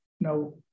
No